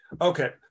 Okay